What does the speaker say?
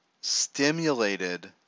stimulated